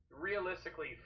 realistically